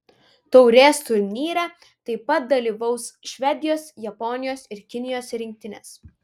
taurės turnyre taip pat dalyvaus švedijos japonijos ir kinijos rinktinės